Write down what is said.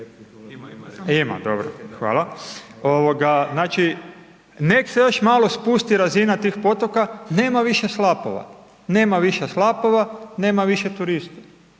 Ima, dobro, hvala. Znači nek se još malo spusti razina tih potoka, nema više slapova, nema više slapova, nema više turista.